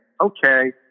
okay